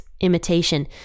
imitation